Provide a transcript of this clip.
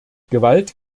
gewalt